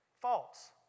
False